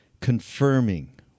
confirming